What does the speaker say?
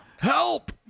Help